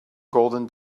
golden